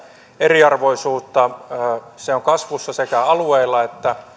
eriarvoisuus on kasvussa sekä alueilla että